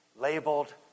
labeled